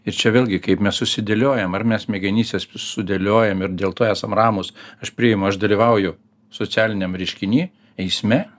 ir čia vėlgi kaip mes susidėliojam ar mes smegenyse sudėliojam ir dėl to esam ramūs aš priimu aš dalyvauju socialiniam reiškiny eisme